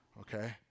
okay